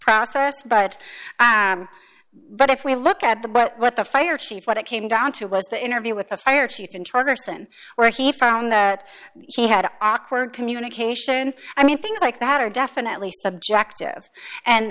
process but but if we look at the but what the fire chief what it came down to was the interview with the fire chief interests and where he found that he had awkward communication i mean things like that are definitely subjective and